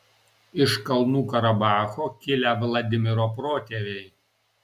iš kalnų karabacho kilę vladimiro protėviai